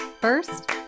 First